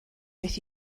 beth